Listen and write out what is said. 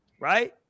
right